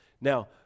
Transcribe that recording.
now